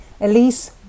Elise